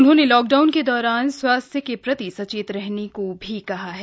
उन्होंने लाकडाउन के दौरान स्वास्थ्य के प्रति सचेत रहने को भी कहा है